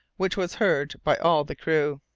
which was heard by all the crew.